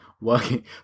working